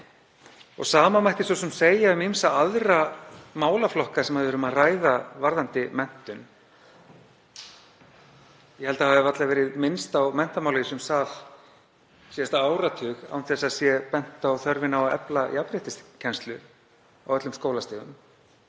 Hið sama mætti svo sem segja um ýmsa aðra málaflokka sem við erum að ræða varðandi menntun. Ég held að varla hafi verið minnst á menntamál í þessum sal síðasta áratug án þess að bent sé á þörfina á að efla jafnréttiskennslu á öllum skólastigum